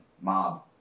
Mob